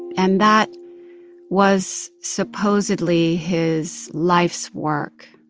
and that was supposedly his life's work.